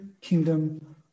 kingdom